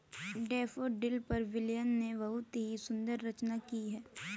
daffodil पर William ने बहुत ही सुंदर रचना की है